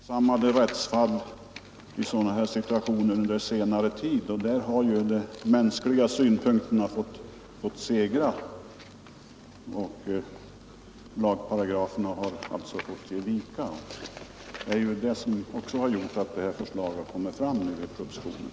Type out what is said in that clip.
Herr talman! Det har förekommit några uppmärksammade sådana här rättsfall under senare tid. Där har de mänskliga synpunkterna segrat och lagparagraferna fått ge vika. Det har väl också gjort att förslaget kommit med i propositionen.